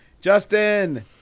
Justin